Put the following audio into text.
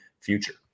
future